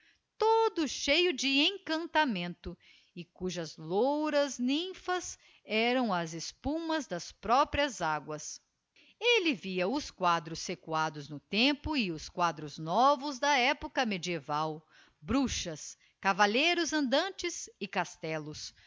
todo cheio de encantamento e cujas louras nymphas eram as espumas das próprias aguas elle via os quadros recuados no tempo e os quadros novos da epocha medieval bruxas cavalleiros andantes e castellos